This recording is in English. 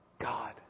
God